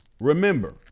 Remember